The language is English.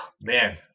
Man